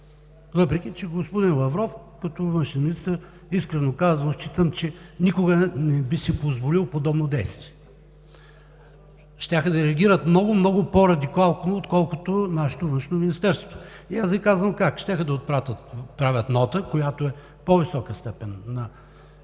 Въпреки че господин Лавров като външен министър, искрено казано, считам, че никога не би си позволил подобно действие. Щяха да реагират много, много по-радикално, отколкото нашето Външно министерство. Аз Ви казвам как: щяха да отправят нота, която е по-висока степен на